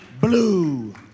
blue